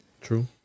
True